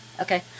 okay